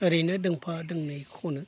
ओरैनो दोंफा दोंनै खनो